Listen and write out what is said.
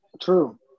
True